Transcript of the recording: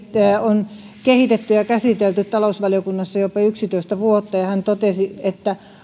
on kehitetty ja käsitelty talousvaliokunnassa jopa yksitoista vuotta ja hän totesi että